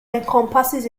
encompasses